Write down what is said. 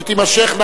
שתימשכנה,